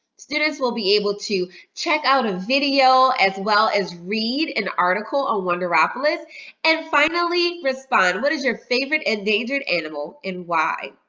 students will be able to check out a video as well as read an article on wonderopolis and finally respond. what is your favorite endangered animal and why?